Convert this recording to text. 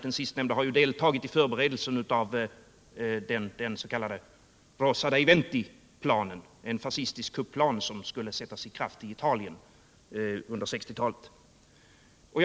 Den sistnämnda har ju deltagit i förberedelsen för den s.k. Rosa dei venti-planen, en fascistisk kupplan, som skulle sättas i kraft i Italien under 1960-talet.